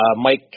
Mike